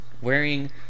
wearing